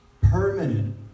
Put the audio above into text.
permanent